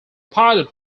pilot